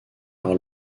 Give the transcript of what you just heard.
par